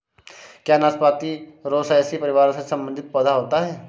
क्या नाशपाती रोसैसी परिवार से संबंधित पौधा होता है?